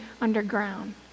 underground